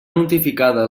notificada